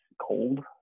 cold